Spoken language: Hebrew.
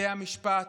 בתי המשפט,